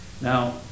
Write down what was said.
Now